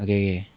okay okay